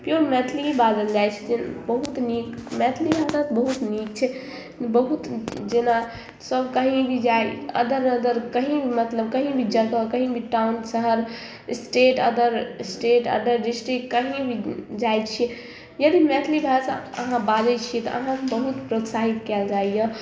pure Maithili ही बाजल जाइ छै बहुत नीक मैथिली भाषा बहुत नीक छै बहुत जेना सब कहीँ भी जाइ अदर अदर कहीँ मतलब कहीँ भी जगह मतलब कहीँ भी टाउन शहर state other state other district कहीँ भी जाइ छिए यदि मैथिली भाषा अहाँ बाजै छिए तऽ अहाँके बहुत प्रोत्साहित कएल जाइए